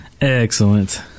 Excellent